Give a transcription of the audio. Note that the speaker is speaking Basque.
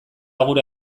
gure